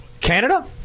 Canada